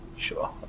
Sure